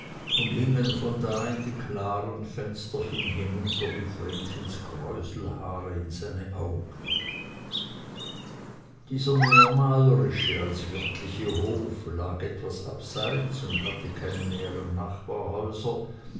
und hingen von da in die klaren fensterchen hinunter wie vrenchens kräuselhaare in seine augen dieser mehr malerische als wirkliche hof lag etwas beiseit und hatte keine näheren nachbarhäuser